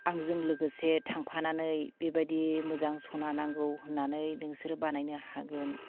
आंजों लोगोसे थांफानानै बेबायदि मोजां सना नांगौ होननानै नोंसोर बानायनो हागोन